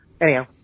Anyhow